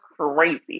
crazy